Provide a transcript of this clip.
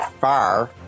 far